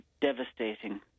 devastating